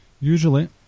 Usually